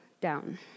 down